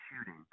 shooting